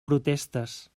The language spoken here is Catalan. protestes